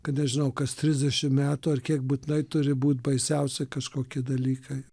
kad nežinau kas trisdešimt metų ar kiek būtinai turi būt baisiausi kažkokie dalykai